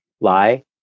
lie